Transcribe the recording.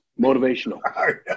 Motivational